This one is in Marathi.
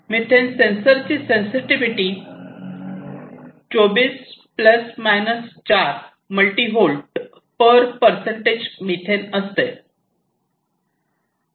मिथेन सेन्सर्स ची sensitivity 24 ± 4 millivolt per percentage methane असते